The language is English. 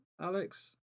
Alex